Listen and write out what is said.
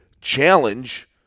challenge